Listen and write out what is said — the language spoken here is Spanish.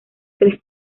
tres